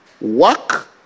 Work